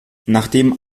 nachdem